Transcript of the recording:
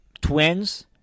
Twins